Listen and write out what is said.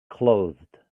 clothed